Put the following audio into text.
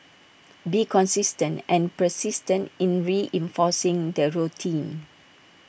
be consistent and persistent in reinforcing the routine